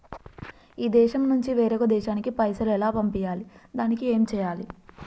ఈ దేశం నుంచి వేరొక దేశానికి పైసలు ఎలా పంపియ్యాలి? దానికి ఏం చేయాలి?